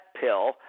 pill